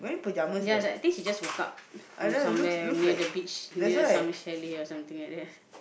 ya I think she just woke up from somewhere near the beach near some chalet something like that